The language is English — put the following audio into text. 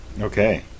Okay